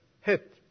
hit